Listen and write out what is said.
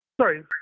Sorry